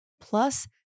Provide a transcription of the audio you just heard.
Plus